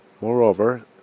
moreover